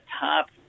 top